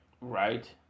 Right